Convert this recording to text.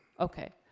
okay,